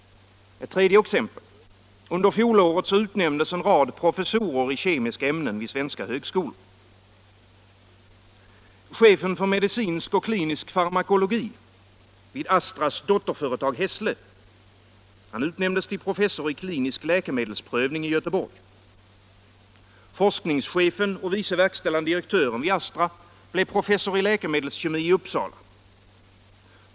Ett tredje exempel: Under fjolåret utnämndes en rad professorer i kemiska ämnen vid svenska högskolor. Chefen för medicinsk och klinisk farmakologi vid Astras dotterföretag Hässle utnämndes till professor i klinisk läkemedelsprövning i Göteborg. Forskningschefen och vice verkställande direktören vid Astra blev professor i läkemedelskemi i Uppsala.